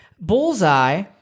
Bullseye